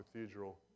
Cathedral